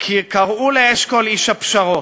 כי קראו לאשכול איש הפשרות,